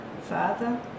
Father